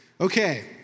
Okay